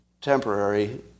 temporary